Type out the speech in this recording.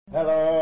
Hello